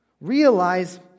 Realize